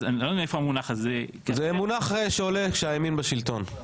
זה מונח שעולה כשהימין בשלטון.